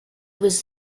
was